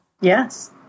Yes